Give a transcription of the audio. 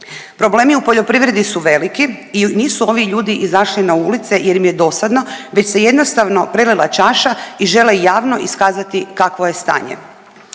Problemi u poljoprivredi su veliki i nisu ovi ljudi izašli na ulice jer im je dosadno već se jednostavno prelila čaša i žele javno iskazati kakvo je stanje.